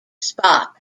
spa